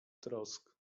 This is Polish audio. trosk